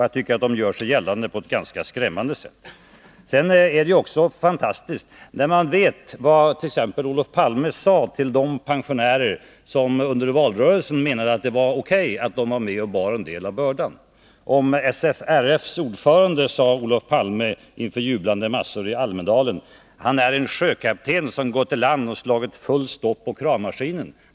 Jag tycker att de gör sig gällande på ett ganska skrämmande sätt. Sedan är det också fantastiskt när man vet vadt.ex. Olof Palme sade till de pensionärer som under valrörelsen menade att det var O. K. att de var med och bar en del av bördan. Om SFRF:s ordförande, Hans Hansson, sade Olof Palme inför jublande massor i Almedalen: Han är en sjökapten som gått i land och slagit full stopp på kravmaskinen.